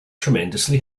tremendously